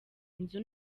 inzu